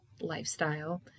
lifestyle